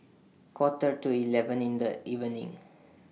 Quarter to eleven in The evening